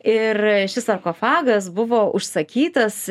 ir šis sarkofagas buvo užsakytas